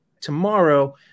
tomorrow